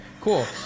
cool